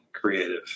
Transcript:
creative